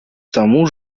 тому